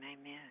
amen